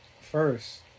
first